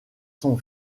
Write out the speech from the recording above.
son